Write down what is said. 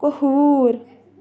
کۅہوٗر